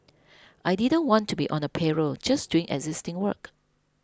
I didn't want to be on a payroll just doing existing work